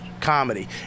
comedy